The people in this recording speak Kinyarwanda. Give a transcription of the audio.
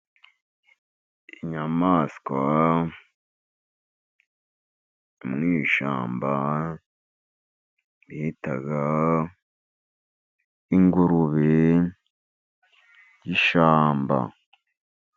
Inyamaswa yo mwishyamba bita ingurube y'ishyamba.